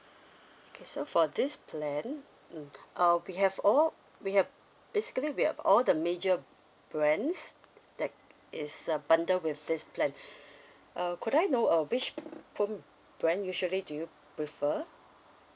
okay so for this plan mm uh we have all we have basically we have all the major brands that it's a bundle with this plan uh could I know uh which phone brand usually do you prefer